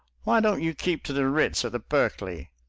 why don't you keep to the ritz or the berkeley?